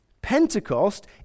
Pentecost